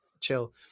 chill